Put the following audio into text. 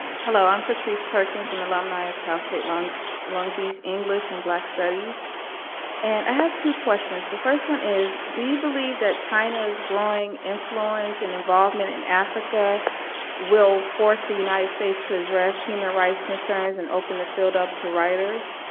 hello, i'm patrice perkins an alumni of cal state long long beach english and black studies and i have two questions. the first one is, do you believe that china's growing influence and involvement in africa will force the united states to address human rights concerns and open the field up to writers?